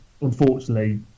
unfortunately